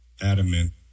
adamant